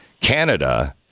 Canada